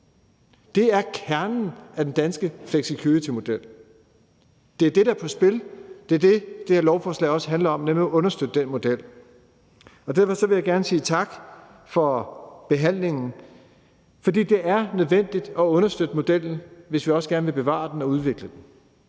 Det er kernen i den danske flexicuritymodel. Det er det, der er på spil, og det er det, det her lovforslag også handler om, nemlig at understøtte den model. Derfor vil jeg gerne sige tak for behandlingen, for det er nødvendigt at understøtte modellen, hvis vi også gerne vil bevare den og udvikle den.